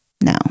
No